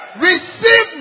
Receive